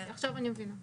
עכשיו אני מבינה.